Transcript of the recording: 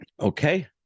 Okay